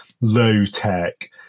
low-tech